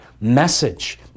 message